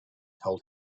told